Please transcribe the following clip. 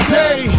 day